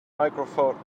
microphone